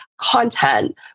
content